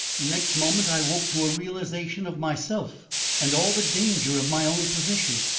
next moment i woke to a realisation of myself and all the danger of my own position.